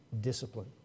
discipline